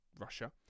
russia